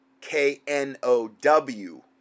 K-N-O-W